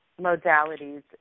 modalities